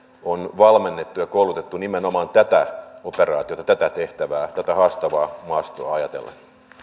on valmennettu ja koulutettu nimenomaan tätä operaatiota tätä tehtävää tätä haastavaa maastoa ajatellen